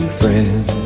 friends